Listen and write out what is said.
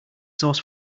sauce